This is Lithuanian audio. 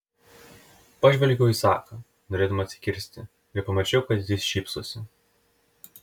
pažvelgiau į zaką norėdama atsikirsti ir pamačiau kad jis šypsosi